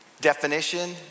definition